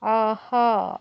ஆஹா